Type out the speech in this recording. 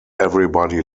everybody